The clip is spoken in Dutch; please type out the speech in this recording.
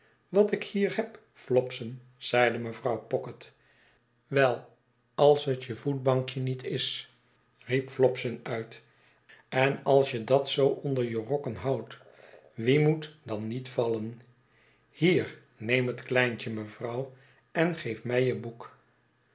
wat ik hier heb fiopson zeide mevrouw pocket wel als het je voetbankje niet is riep fiopson uit en als je dat zoo onder je rokken houdt wie moet dan niet vallen hier neem het kleintje mevrouw en geef mij je boek